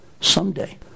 Someday